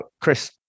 Chris